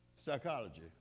Psychology